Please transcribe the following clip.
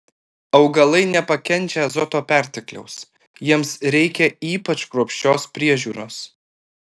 augalai nepakenčia azoto pertekliaus jiems reikia ypač kruopščios priežiūros